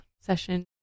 session